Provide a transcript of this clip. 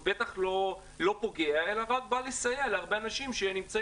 והוא בטח לא פוגע אלא רק בא לסייע להרבה אנשים שנמצאים